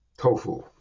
tofu